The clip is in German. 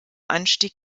anstieg